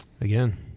Again